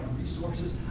resources